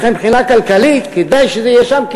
ולכן מבחינה כלכלית כדאי שזה יהיה שם,